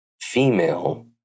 female